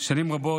שנים רבות.